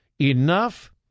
Enough